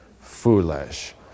foolish